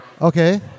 Okay